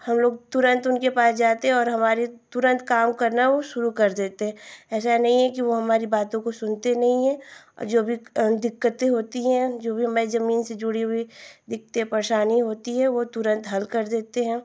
हमलोग तुरन्त उसके पास जाते हैं और हमारे तुरन्त काम करना वह शुरू कर देती है ऐसा नहीं है कि वह हमारी बातों को सुनती नहीं है जो भी दिक्कतें होती हैं जो भी मैं ज़मीन से जुड़ी हुई दिक्कतें परेशानी होती है वह तुरन्त हल कर देती हैं